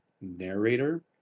narrator